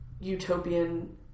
utopian